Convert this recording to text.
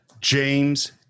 James